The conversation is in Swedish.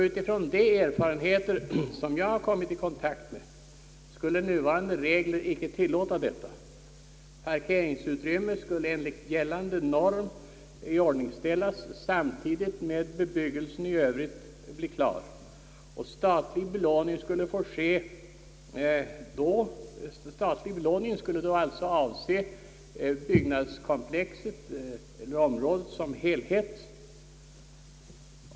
Utifrån de erfarenheter, som jag fått genom fall som jag kommit i kontakt med, skulle nuvarande regler icke tillåta detta; parkeringsutrymme enligt gällande norm skall iordningställas samtidigt som bebyggelsen i övrigt blir klar, och statlig belåning sker då för byggkomplexet som helhet, inklusive tillhörande parkeringsutrymmen.